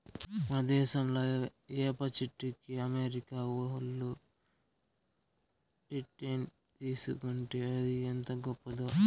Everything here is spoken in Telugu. మన దేశంలా ఏప చెట్టుకి అమెరికా ఓళ్ళు పేటెంట్ తీసుకుంటే అది ఎంత గొప్పదో